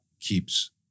keeps